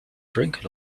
drink